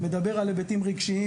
אני מדבר על היבטים רגשיים,